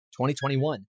2021